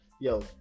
yo